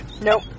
Nope